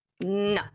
No